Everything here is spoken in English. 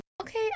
Okay